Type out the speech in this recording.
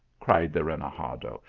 cried the renegado,